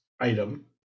item